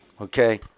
okay